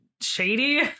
shady